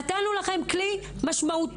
נתנו לכם כלי משמעותי,